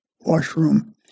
washroom